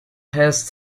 has